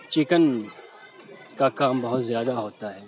chicken کا کام بہت زیادہ ہوتا ہے